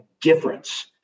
difference